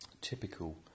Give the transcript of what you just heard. typical